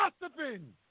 gossiping